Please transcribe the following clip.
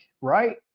right